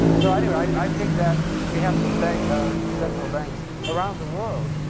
so anyway, i think that we have to thank our central banks around the world,